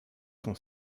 son